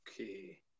Okay